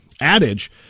adage